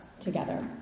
together